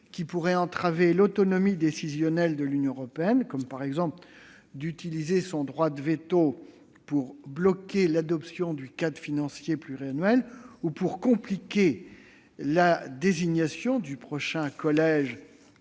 qui pourraient entraver l'autonomie décisionnelle de l'Union européenne comme, par exemple, l'utilisation de son droit de veto pour bloquer l'adoption du cadre financier pluriannuel ou pour compliquer la désignation du prochain collège